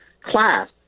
Class